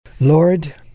Lord